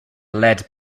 led